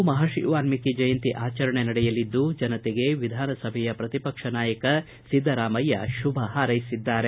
ಇಂದು ಮರ್ಷಿ ವಾಲ್ಮಿಕ ಜಯಂತಿ ಆಚರಣೆ ನಡೆಯಲಿದ್ದು ಜನತೆಗೆ ವಿಧಾನಸಭೆಯ ವಿರೋಧಪಕ್ಷದ ನಾಯಕ ಸಿದ್ದರಾಮಯ್ಯ ಶುಭ ಹಾರೈಸಿದ್ದಾರೆ